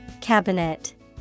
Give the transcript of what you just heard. Cabinet